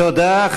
תודה.